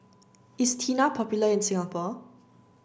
is Tena popular in Singapore